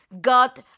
got